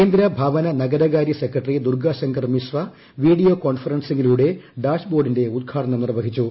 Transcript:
കേന്ദ്ര ഭവ്ന നഗരകാര്യ സെക്രട്ടറി ദൂർഗ ശങ്കർ മിശ്ര വീഡിയോ കോൺഫറൻസിംഗിലൂടെ ഡാഷ് ബോർഡിന്റെ ഉദ്ഘാടനം നിർവഹിച്ചു